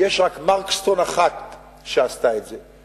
יש רק "מרקסטון" אחת שעשתה את זה.